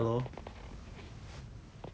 ah just 跟你这样讲而已